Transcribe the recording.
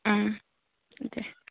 দে